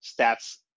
stats